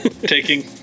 Taking